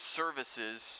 services